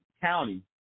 county